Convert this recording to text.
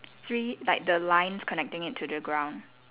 three like the lines connecting it to the ground